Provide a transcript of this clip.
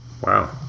Wow